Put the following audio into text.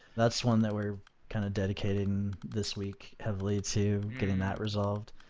that's one that we're kind of dedicating this week heavily to getting that resolved.